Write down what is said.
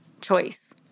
choice